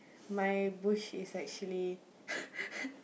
my bush is actually